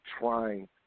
trying